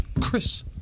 Chris